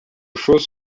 chose